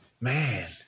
Man